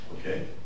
Okay